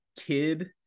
Kid